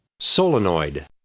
Solenoid